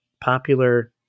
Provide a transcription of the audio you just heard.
popular